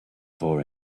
for